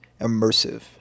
immersive